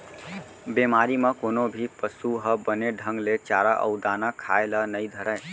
बेमारी म कोनो भी पसु ह बने ढंग ले चारा अउ दाना खाए ल नइ धरय